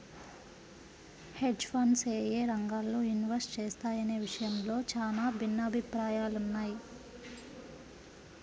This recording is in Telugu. హెడ్జ్ ఫండ్స్ యేయే రంగాల్లో ఇన్వెస్ట్ చేస్తాయనే విషయంలో చానా భిన్నాభిప్రాయాలున్నయ్